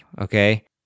okay